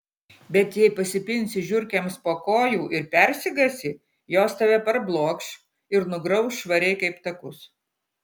bet jei pasipinsi žiurkėms po kojų ir persigąsi jos tave parblokš ir nugrauš švariai kaip takus